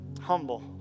humble